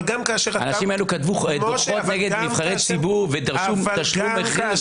האנשים האלו כתבו דוחות נגד נבחרי ציבור ודרשו תשלום מחיר.